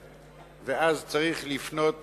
ואז צריך לפנות